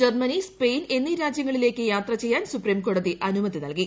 Germany Spain എന്നീ രാജ്യങ്ങളിലേയ്ക്ക് യാത്ര ചെയ്യാൻ സൂപ്രീം കോടതി അനുമതി നൽകി